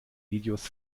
videos